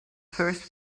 first